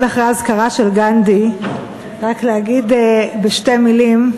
אחרי האזכרה של גנדי רק להגיד בשתי מילים: